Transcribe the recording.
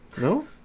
No